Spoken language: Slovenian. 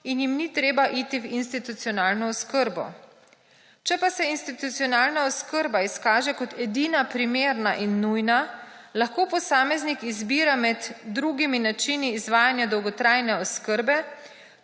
in jim ni treba iti v institucionalno oskrbo. Če pa se institucionalna oskrba izkaže kot edina primerna in nujna lahko posameznik izbira med drugimi načini izvajanja dolgotrajne oskrbe